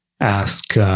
ask